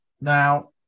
Now